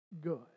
good